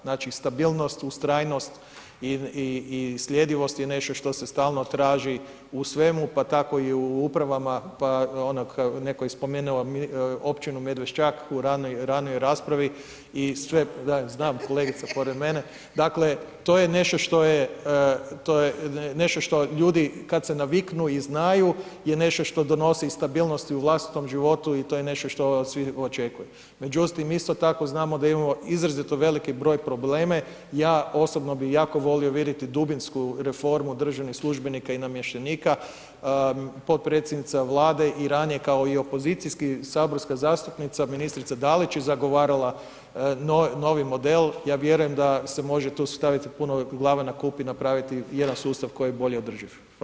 Znači stabilnost, ustrajnost i sljedivost je nešto što se stalno traži u svemu pa tako i u upravama, pa netko je spomenuo općinu Medvešćak u ranijoj raspravi …… [[Upadica sa strane, ne razumije se.]] Da, znam kolegica pored mene, dakle to je nešto što ljudi kad se naviknu i znaju je nešto što donosi stabilnost i u vlastitom životu i to je nešto svi očekuju međutim isto tako znamo da imamo izrazito veliki broj problema, ja osobno bi jako volio vidjeti dubinsku reformu državnih službenika i namještenika, potpredsjednica Vlade i ranije kao opozicijski, saborska zastupnica, ministrica Dalić je zagovarala novi mode, ja vjerujem da se može tu staviti tu puno glava na kup i napraviti jedan sustav koji je bolje održiv, hvala.